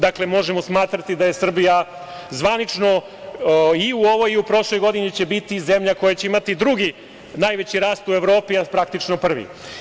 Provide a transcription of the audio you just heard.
Dakle, možemo smatrati da je Srbija zvanično i u ovoj i u prošloj godini će biti zemlja koja će imati drugi najveći rast u Evropi, a praktično prvi.